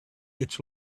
its